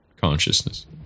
consciousness